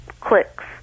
clicks